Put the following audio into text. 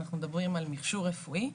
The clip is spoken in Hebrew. אנחנו מדברים על מיכשור רפואי,